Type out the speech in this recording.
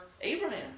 abraham